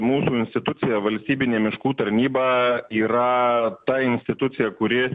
mūsų institucija valstybinė miškų tarnyba yra ta institucija kuri